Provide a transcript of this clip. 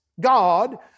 God